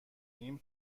این